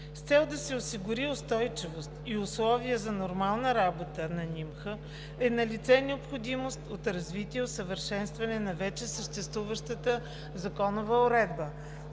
С цел да се осигури устойчивост и условия за нормална работа на НИМХ е налице необходимост от развитие и усъвършенстване на вече съществуващата законова уредба